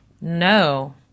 No